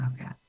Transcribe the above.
Okay